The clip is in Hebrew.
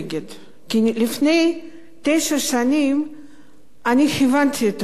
כי לפני תשע שנים אני הבנתי את ראש הממשלה,